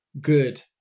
Good